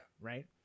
Right